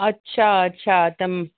अच्छा अच्छा त